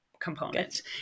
component